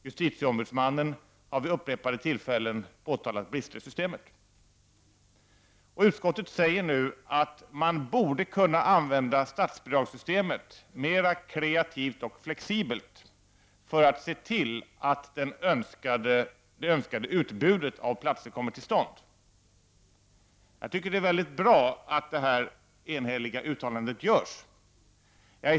Justitieombudsmannen har vid upprepade tillfällen påtalat brister i systemet. Utskottet säger nu att man borde kunna använda statsbidragssystemet mer kreativt och flexibelt för att se till att det önskade utbudet av platser kommer till stånd. Jag tycker att det är väldigt bra att detta enhälliga uttalande görs.